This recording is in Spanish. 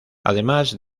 además